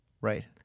Right